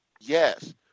Yes